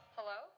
Hello